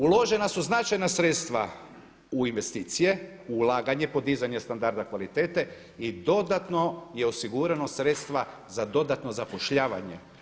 Uložena su značajna sredstva u investicije, u ulaganje, podizanje standarda kvalitete i dodatno je osigurano sredstava za dodatno zapošljavanje.